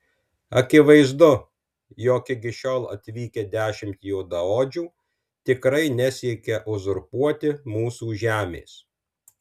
akivaizdu jog iki šiol atvykę dešimt juodaodžių tikrai nesiekia uzurpuoti mūsų žemės